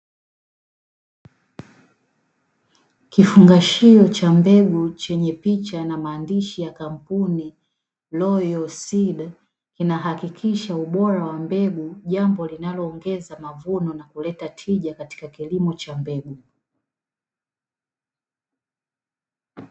Kifungashio cha mbegu chenye picha na maandishi ya kampuni "ROYAL SEED", kinahakikisha ubora wa mbegu, jambo linaloongeza mavuno na kuleta tija katika kilimo cha mbegu.